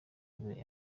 ingabire